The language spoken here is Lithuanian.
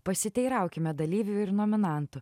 pasiteiraukime dalyvių ir nominantų